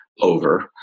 over